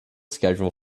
schedule